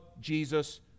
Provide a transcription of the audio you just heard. Jesus